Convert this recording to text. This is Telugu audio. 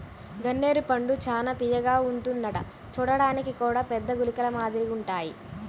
గన్నేరు పండు చానా తియ్యగా ఉంటదంట చూడ్డానికి గూడా పెద్ద గుళికల మాదిరిగుంటాయ్